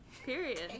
Period